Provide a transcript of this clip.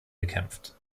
gekämpft